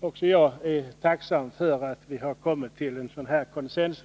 också jag är tacksam för att vi har kommit till en sådan här consensus.